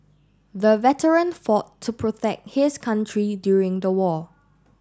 the veteran fought to protect his country during the war